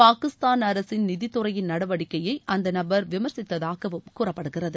பாகிஸ்தான் அரசின் நிதித்துறையின் நடவடிக்கையை அந்த நபர் விமர்சித்ததாகவும் கூறப்படுகிறது